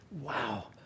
Wow